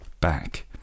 back